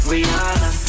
Rihanna